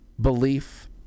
belief